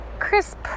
crisp